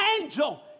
angel